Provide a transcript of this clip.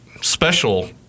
special